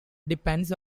depends